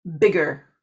bigger